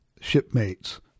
shipmates